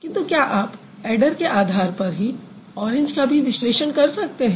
किन्तु क्या आप ऐडर के आधार पर ही ऑरेंज का भी विश्लेषण कर सकते हैं